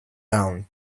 down